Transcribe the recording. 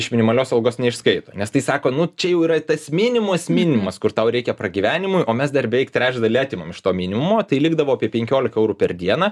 iš minimalios algos neišskaito nes tai sako nu čia jau yra tas minimumas minimumas kur tau reikia pragyvenimui o mes dar beveik trečdalį atimam iš to minimumo tai likdavo apie penkiolika eurų per dieną